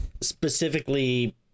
specifically